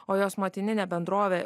o jos motininė bendrovė